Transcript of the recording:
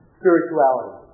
spirituality